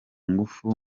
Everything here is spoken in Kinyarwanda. ngufu